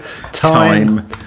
time